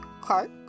Clark